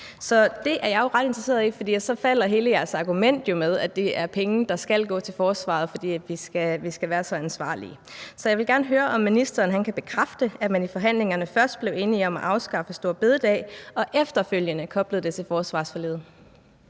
Det er jeg jo ret interesseret i, for så falder hele jeres argument om, at det er penge, der skal gå til forsvaret, fordi vi skal være så ansvarlige. Så jeg vil gerne høre, om ministeren kan bekræfte, at man i forhandlingerne først blev enige om at afskaffe store bededag og efterfølgende koblede det til forsvarsforliget.